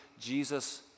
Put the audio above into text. Jesus